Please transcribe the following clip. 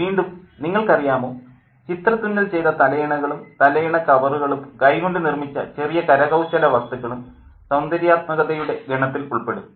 വീണ്ടും നിങ്ങൾക്കറിയാമോ ചിത്രത്തുന്നൽ ചെയ്ത തലയണകളും തലയിണ കവറുകളും കൈകൊണ്ട് നിർമ്മിച്ച ചെറിയ കരകൌശല വസ്തുക്കളും സൌന്ദര്യാത്മകതയുടെ ഗണത്തിൽ ഉൾപ്പെടും